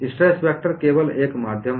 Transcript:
stress tensor केवल एक माध्यम है